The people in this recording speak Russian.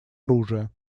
оружия